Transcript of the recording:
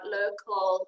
local